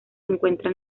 encuentra